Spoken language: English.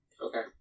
Okay